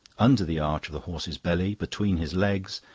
under the arch of the horse's belly, between his legs,